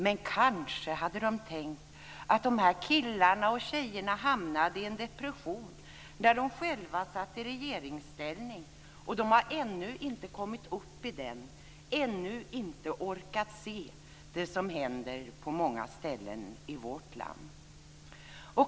Men kanske hade de tänkt att dessa killar och tjejer hamnade i en depression när de själva satt i regeringsställning och att de ännu inte har kommit upp ur den - ännu inte orkat se det som händer på många ställen i vårt land.